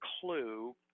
clue